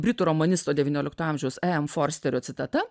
britų romanisto devyniolikto amžiaus e em forsterio citata